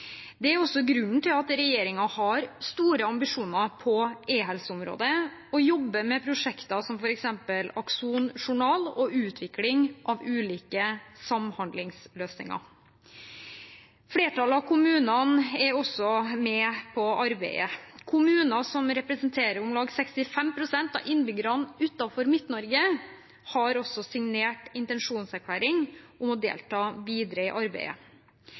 Det er også grunnen til at regjeringen har store ambisjoner på e-helseområdet og jobber med prosjekter som f.eks. Akson journal og utvikling av ulike samhandlingsløsninger. Flertallet av kommunene er også med på arbeidet. Kommuner som representerer om lag 65 pst. av innbyggerne utenfor Midt-Norge, har også signert en intensjonserklæring om å delta videre i arbeidet.